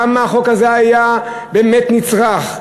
כמה החוק הזה היה באמת נצרך,